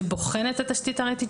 שבוחן את התשתית הראייתית,